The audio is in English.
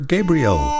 Gabriel